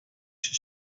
się